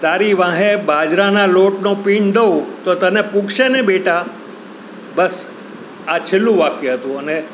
તારી વાહે બાજરાના લોટનો પિંડ દઉ તો તને પૂગસેને બેટા બસ આ છેલ્લું વાક્ય હતું અને